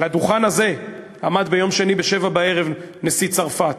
על הדוכן הזה עמד ביום שני ב-19:00 נשיא צרפת.